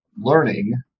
learning